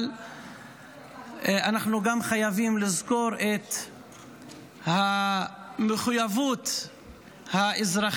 אבל אנחנו גם חייבים לזכור את המחויבות האזרחית